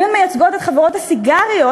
אם הן מייצגות את חברות הסיגריות,